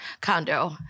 condo